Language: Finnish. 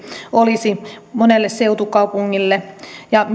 olisi aluetaloudellisesti monelle seutukaupungille ja